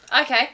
Okay